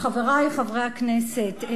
חברי חברי הכנסת,